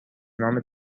نام